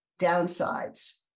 downsides